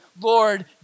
Lord